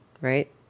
right